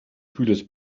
kühles